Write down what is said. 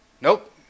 nope